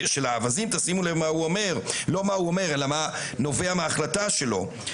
שימו לב מה נובע מההחלטה שלו.